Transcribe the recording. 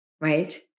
right